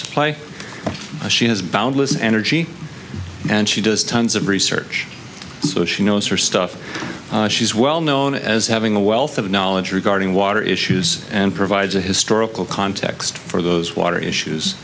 supply she has boundless energy and she does tons of research so she knows her stuff she's well known as having a wealth of knowledge regarding water issues and provides a historical context for those water issues